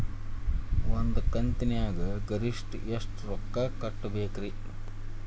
ಒಂದ್ ಕಂತಿನ್ಯಾಗ ಗರಿಷ್ಠ ಎಷ್ಟ ರೊಕ್ಕ ಕಟ್ಟಬೇಕ್ರಿ?